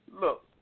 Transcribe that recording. Look